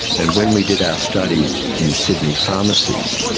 and when we did our study in sydney pharmacies,